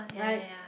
right